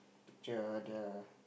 picture the